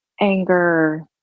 anger